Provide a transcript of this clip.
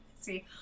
see